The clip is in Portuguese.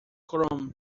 chrome